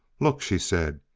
look, she said,